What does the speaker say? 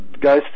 Guys